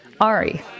Ari